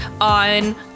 on